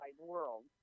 world